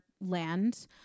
land